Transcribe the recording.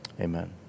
amen